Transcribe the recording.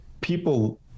people